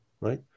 right